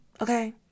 Okay